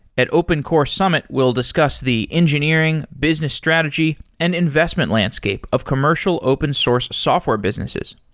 at open core summit, we'll discuss the engineering, business strategy and investment landscape of commercial open source software businesses.